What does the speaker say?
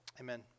Amen